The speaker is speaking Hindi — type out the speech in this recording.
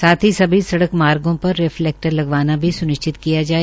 साथ ही सभी सड़क मार्गो पर रेफलेक्टर लगवाना भी स्निश्चित किया जाए